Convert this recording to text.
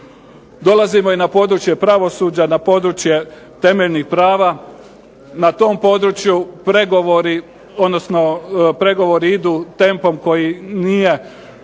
Dolazimo i na područje pravosuđa, na područje temeljnih prava. Na tom području pregovori, odnosno